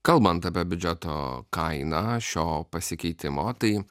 kalbant apie biudžeto kainą šio pasikeitimo tai